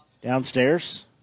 Downstairs